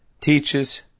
teaches